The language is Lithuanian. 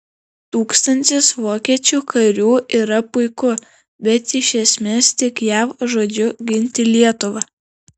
tūkstantis vokiečių karių yra puiku bet iš esmės tik jav žodžiu ginti lietuvą